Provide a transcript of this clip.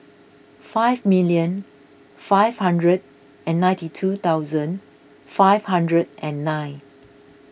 five million five hundred and ninety two thousand five hundred and nine